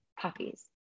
Puppies